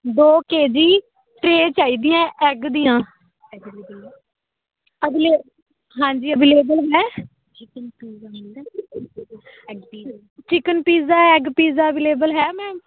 ਦੋ KG tray ਚਾਹੀਦੀਆਂ egg ਦੀਆਂ ਅਵਲੇ ਹਾਂਜੀ ਅਵੇਲੇਬਲ ਹੈ chicken pizza egg pizza available ਹੈ ਮੈਮ